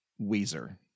Weezer